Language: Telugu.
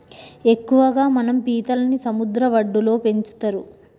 ఎక్కువగా మనం పీతలని సముద్ర వడ్డులో పెంచుతరు